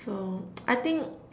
so I think